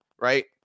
right